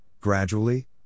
gradually